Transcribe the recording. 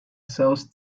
sells